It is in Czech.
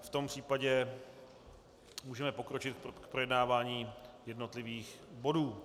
V tom případě můžeme pokročit k projednávání jednotlivých bodů.